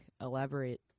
elaborate